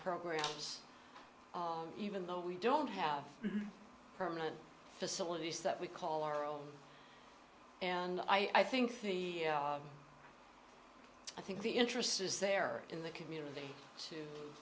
programs even though we don't have permanent facilities that we call our own and i think the i think the interest is there in the community to